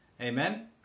Amen